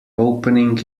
opening